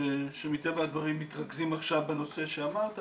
שמטבע הדברים מתרכזים עכשיו בנושא שאמרת,